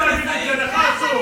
בך.